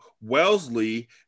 Wellesley